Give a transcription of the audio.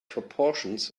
proportions